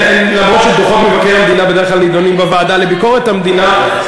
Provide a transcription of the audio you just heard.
למרות שדוחות מבקר המדינה בדרך כלל נדונים בוועדה לביקורת המדינה,